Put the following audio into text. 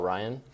Ryan